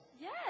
Yes